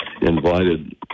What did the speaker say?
invited